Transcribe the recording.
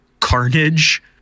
carnage